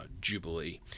Jubilee